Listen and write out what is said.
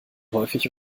häufig